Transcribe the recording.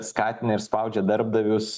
skatina ir spaudžia darbdavius